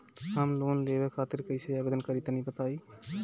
हम लोन लेवे खातिर कइसे आवेदन करी तनि बताईं?